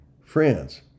France